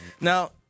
now